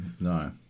no